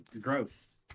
Gross